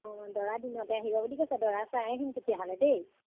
অঁ দৰা দিনতে আহিব বুলি কৈছে দৰা চাই আহিম তেতিয়াহ'লে দেই